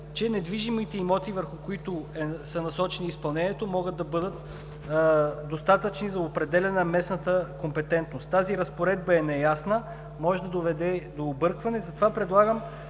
че недвижимите имоти, върху които е насочено изпълнението, могат да бъдат достатъчни за определяне на местната компетентност. Тази компетентност е неясна, може да доведе до объркване, а е